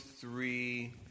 three